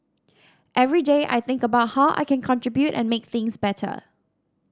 every day I think about how I can contribute and make things better